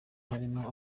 harimo